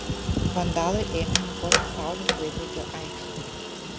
vandalai ėmė niokoti saulės laikrodžio aikštę